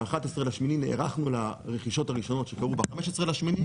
ב-11 באוגוסט נערכנו לרכישות הראשונות שקרו ב-15 באוגוסט,